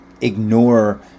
ignore